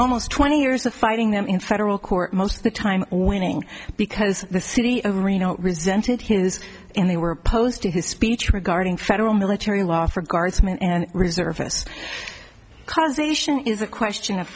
almost twenty years of fighting them in federal court most of the time winning because the city of reno resented his and they were opposed to his speech regarding federal military law for guardsmen and reservists because ation is a question of